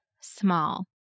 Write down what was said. small